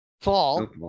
fall